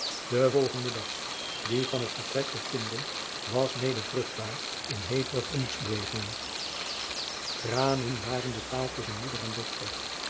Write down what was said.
de volgende dag die van het vertrek der kinderen was mede vruchtbaar in hevige gemoedsbewegingen tranen waren de taal tusschen moeder en dochter